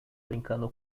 brincando